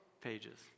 pages